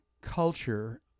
culture